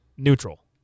Neutral